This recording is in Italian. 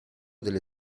delle